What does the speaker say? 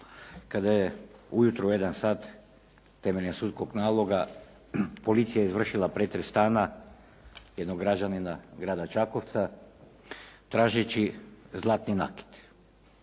kada je u jutro u jedan sat temeljem sudskog naloga policija izvršila pretres stana jednog građanina grada Čakovca tražeći zlatni nakit,